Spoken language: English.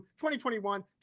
2021